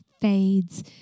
fades